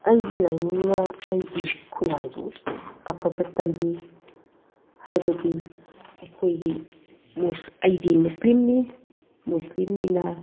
ꯑꯩꯒꯤ ꯂꯥꯏꯅꯤꯡꯅ ꯑꯩꯒꯤ ꯈꯨꯟꯅꯥꯏꯕꯨ ꯑꯐꯕ ꯇꯝꯕꯤ ꯍꯥꯏꯕꯗꯤ ꯑꯩꯈꯣꯏꯒꯤ ꯑꯩꯗꯤ ꯃꯨꯁꯂꯤꯝꯅꯤ ꯃꯨꯁꯂꯤꯝꯅꯤꯅ